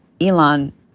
Elon